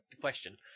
question